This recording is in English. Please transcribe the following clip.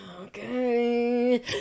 okay